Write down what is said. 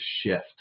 shift